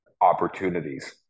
opportunities